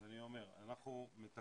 אז אני אומר, אנחנו מתקצבים